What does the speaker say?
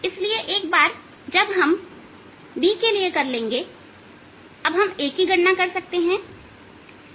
इसलिए एक बार जब हम B के लिए कर लेंगेअब हम A की गणना करेंगे